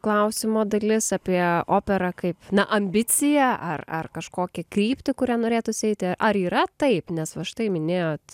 klausimo dalis apie operą kaip na ambiciją ar ar kažkokią kryptį kuria norėtųsi eiti ar yra taip nes va štai minėjot